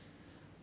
uh